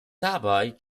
dabei